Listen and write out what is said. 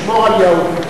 לשמור על יהדותי,